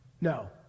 No